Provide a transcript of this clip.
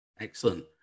Excellent